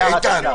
לבין --- איתן,